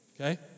okay